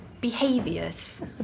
behaviors